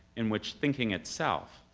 in which thinking itself,